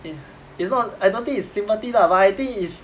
it's it's not I don't think it's sympathy lah but I think it's